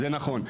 זה נכון.